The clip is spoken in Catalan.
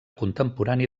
contemporani